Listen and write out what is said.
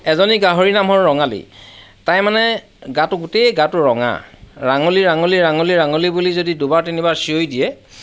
এজনী গাহৰিৰ নাম হ'ল ৰঙালী তাই মানে গাটো গোটেই গাটো ৰঙা ৰাঙলী ৰাঙলী ৰাঙলী ৰাঙলী বুলি যদি দুবাৰ তিনিবাৰ চিঞৰি দিয়ে